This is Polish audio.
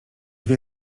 wie